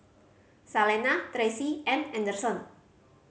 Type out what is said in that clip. Salena Tressie and Anderson